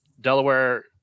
Delaware